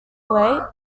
late